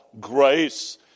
grace